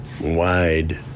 wide